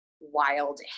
wild